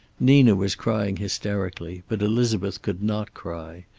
nina was crying hysterically, but elizabeth could not cry.